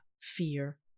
fear